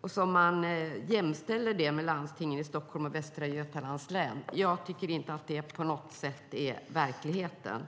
Det är som om man jämställer det med landstingen i Stockholms och Västra Götalands län. Jag tycker inte att det på något sätt är verkligheten.